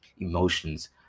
emotions